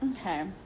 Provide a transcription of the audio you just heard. Okay